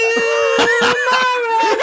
Tomorrow